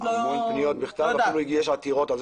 המון פניות בכתב ואפילו יש עתירות.